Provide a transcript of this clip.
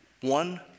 one